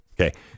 Okay